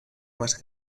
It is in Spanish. más